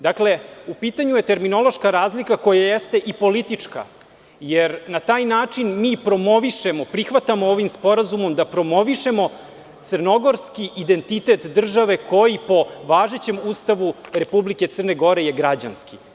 Dakle, u pitanju je terminološka razlika koja jeste i politička, jer na taj način mi promovišemo, prihvatamo ovim sporazumom da promovišemo crnogorski identitet države, koji po važećem Ustavu Republike Crne Gore je građanski.